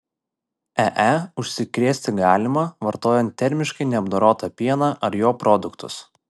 ee užsikrėsti galima vartojant termiškai neapdorotą pieną ar jo produktus